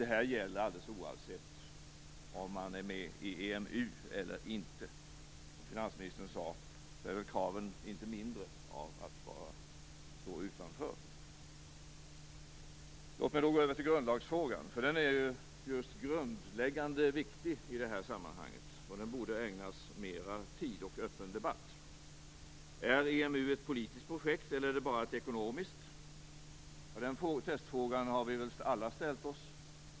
Det gäller alldeles oavsett om man är med i EMU eller inte. Som finansministern sade blir kraven inte mindre om man står utanför. Låt mig gå över till grundlagsfrågan. Den är grundläggande och viktig i detta sammanhang. Den borde ägnas mer tid och öppen debatt. Är EMU ett politiskt projekt, eller är det bara ett ekonomiskt projekt? Den testfrågan har vi väl alla ställt oss.